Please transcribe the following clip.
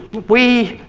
we